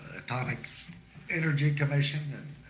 atomic energy commission.